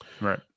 Right